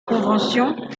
convention